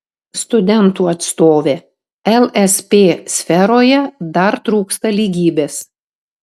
studentų atstovė lsp sferoje dar trūksta lygybės